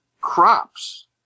crops